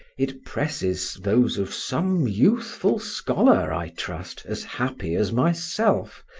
it presses those of some youthful scholar, i trust, as happy as myself,